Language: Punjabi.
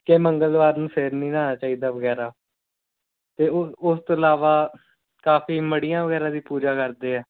ਕਿ ਮੰਗਲਵਾਰ ਨੂੰ ਸਿਰ ਨਹੀਂ ਨਹਾਉਣਾ ਚਾਹੀਦਾ ਵਗੈਰਾ ਅਤੇ ਉਸ ਉਸ ਤੋਂ ਇਲਾਵਾ ਕਾਫ਼ੀ ਮੜੀਆਂ ਵਗੈਰਾ ਦੀ ਪੂਜਾ ਕਰਦੇ ਹੈ